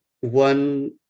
one